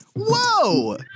Whoa